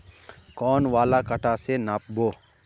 कौन वाला कटा से नाप बो?